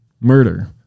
murder